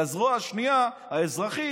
והזרוע השנייה האזרחית,